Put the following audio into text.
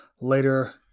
later